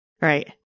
Right